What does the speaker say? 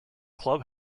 club